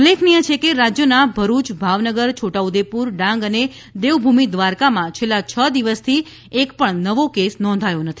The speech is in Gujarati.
ઉલ્લેખનીય છે કે રાજ્યના ભરૂચ ભાવનગર છોટાઉદ્દેપુર ડાંગ અને દેવભૂમિ દ્વારકામાં છેલ્લા છ દિવસથી એક પણ નવો કેસ નોંધાયો નથી